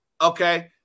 Okay